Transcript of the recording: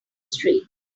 street